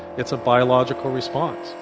it's a biological response,